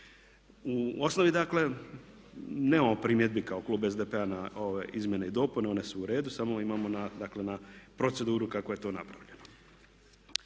U osnovi dakle nemamo primjedbi kao klub SDP-a na ove izmjene i dopune, one su u redu, samo imamo dakle na proceduru kako je to napravljeno.